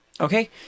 Okay